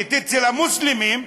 מוסלמית אצל המוסלמים,